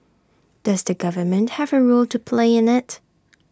does the government have A role to play in IT